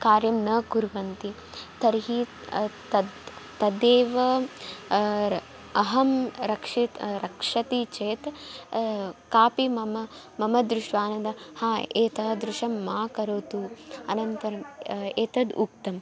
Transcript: कार्यं न कुर्वन्ति तर्हि तद् तदेव र अहं रक्षति रक्षति चेत् कापि मम मम दृष्ट्वानन्दः हा एतादृशं मा करोतु अनन्तरं एतद् उक्तं